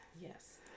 Yes